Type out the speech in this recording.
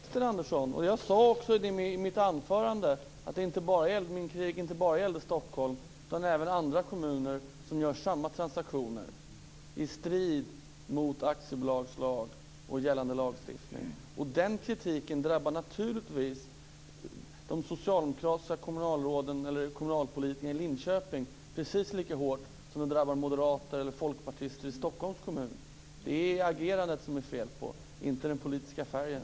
Fru talman! Jag håller med Sten Andersson. Jag sade också i mitt anförande att min kritik inte bara gällde Stockholm utan även andra kommuner som gör samma transaktioner i strid med aktiebolagslagen och gällande lagstiftning. Den kritiken drabbar naturligtvis de socialdemokratiska kommunalpolitikerna i Linköping precis lika hårt som den drabbar moderater eller folkpartister i Stockholms kommun. Det är agerandet som det är fel på, inte den politiska färgen.